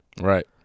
Right